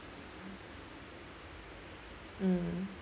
mm